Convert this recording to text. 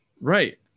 Right